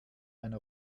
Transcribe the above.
einer